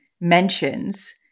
mentions